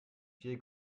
viel